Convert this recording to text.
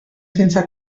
sense